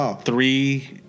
three